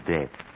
Death